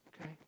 Okay